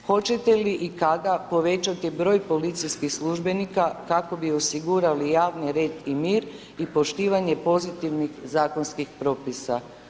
Hoćete li i kada povećati broj policijskih službenika kako bi osigurali javni red i mir i poštivanje pozitivnih zakonskih propisa?